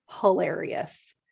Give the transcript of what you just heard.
hilarious